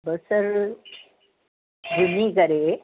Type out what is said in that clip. बसर विझी करे